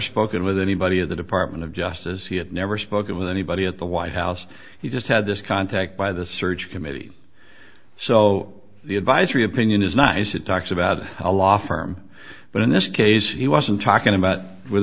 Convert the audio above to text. spoken with anybody of the department of justice he had never spoken with anybody at the white house he just had this contact by the search committee so the advisory opinion is nice it talks about a law firm but in this case he wasn't talking about with